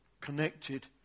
connected